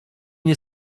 nie